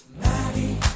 Maddie